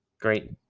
Great